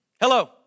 Hello